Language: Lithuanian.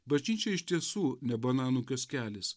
bažnyčia iš tiesų ne bananų kioskelis